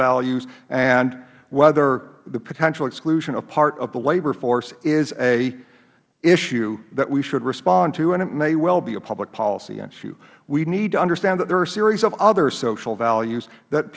values and whether the potential exclusion of part of the labor force is an issue that we should respond to and it may well be a public policy issue we need to understand that there are a series of other social values that